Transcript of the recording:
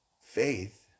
faith